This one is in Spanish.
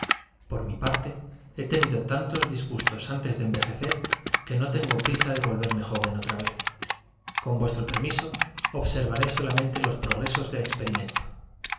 por mi parte he tenido tantos disgustos antes de envejecer que no tengo prisa de volverme joven otra vez con vuestro permiso observaré solamente los progresos del experimento